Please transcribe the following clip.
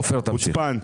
חוצפן.